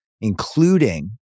including